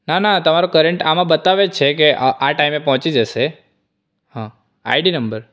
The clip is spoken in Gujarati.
ના ના તમારો કરંટ આમ બતાવે જ છે કે આ ટાઈમે પહોંચી જશે આઈડી નંબર